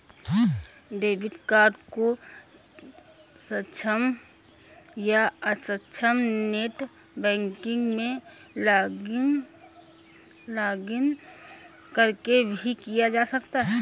debit card को सक्षम या अक्षम नेट बैंकिंग में लॉगिंन करके भी किया जा सकता है